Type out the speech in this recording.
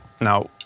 now